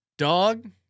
Dog